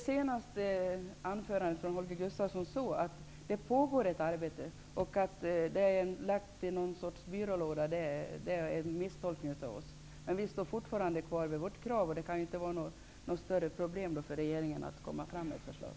Herr talman! Jag får tolka Holger Gustafssons senaste inlägg som att det pågår ett arbete och att det är en misstolkning från vår sida att ärendet skulle ha lagts i någon byrålåda. Men vi står fortfarande kvar vid vårt krav, och det kan ju inte vara något större problem för regeringen att lägga fram ett förslag.